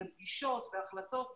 פגישות ומתקבלות החלטות וכולי.